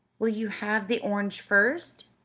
will you have the orange first?